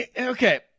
Okay